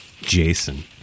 Jason